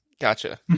Gotcha